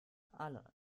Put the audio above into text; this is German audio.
alle